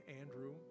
Andrew